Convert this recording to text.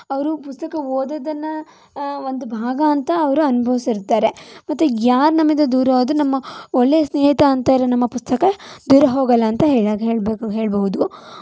ಅವರು ಪುಸ್ತಕ ಓದೋದನ್ನು ಒಂದು ಭಾಗ ಅಂತ ಅವರು ಅನುಭವಿಸಿರ್ತಾರೆ ಮತ್ತೆ ಯಾರು ನಮ್ಮಿಂದ ದೂರ ಆದರೂ ನಮ್ಮ ಒಳ್ಳೆಯ ಸ್ನೇಹಿತ ಅಂತ ಇರುವ ನಮ್ಮ ಪುಸ್ತಕ ದೂರ ಹೋಗೋಲ್ಲ ಅಂತ ಹೇಳಬೇಕು ಹೇಳ್ಬೋದು